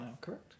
correct